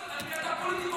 אתה לא יודע.